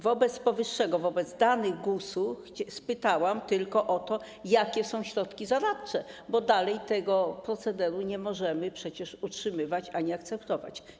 Wobec powyższego, wobec danych GUS-u, spytałam tylko o to, jakie są środki zaradcze, bo dalej tego procederu nie możemy przecież utrzymywać ani akceptować.